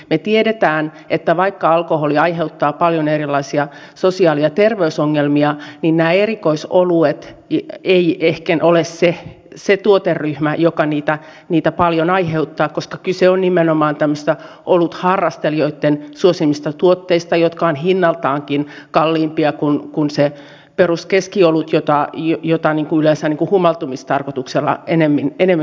me tiedämme että vaikka alkoholi aiheuttaa paljon erilaisia sosiaali ja terveysongelmia niin nämä erikoisoluet eivät ehken ole se tuoteryhmä joka niitä paljon aiheuttaa koska kyse on nimenomaan olutharrastelijoitten suosimista tuotteista jotka ovat hinnaltaankin kalliimpia kuin se peruskeskiolut jota yleensä enemmän humaltumistarkoituksella käytetään